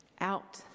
Out